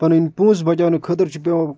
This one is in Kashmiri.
پَنٕنۍ پونٛسہٕ بچاونہٕ خٲطرٕ چھِ پٮ۪وان